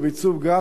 עיצוב גרפי,